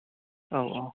औ औ